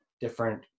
different